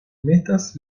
metas